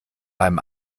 beim